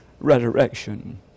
resurrection